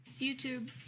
YouTube